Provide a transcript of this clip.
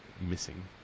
missing